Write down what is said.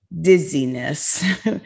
Dizziness